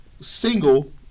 single